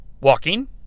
walking